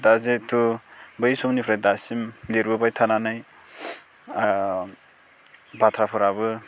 दा जिहेथु बै समनिफ्राय दासिम लिरबोबाय थानानै बाथ्राफोराबो